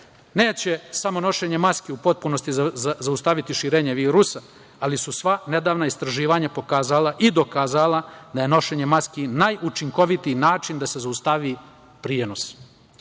samo nošenje maske u potpunosti zaustaviti širenje virusa, ali su sva nedavna istraživanja pokazala i dokazala da je nošenje maske najučinkovitiji način da se zaustavi prenos. Najbrži